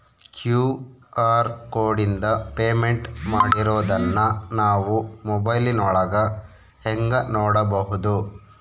QR ಕೋಡಿಂದ payment ಮಾಡಿರೋದನ್ನ ನಾವು ಮೊಬೈಲಿನೊಳಗ ಹೆಂಗ ನೋಡಬಹುದು?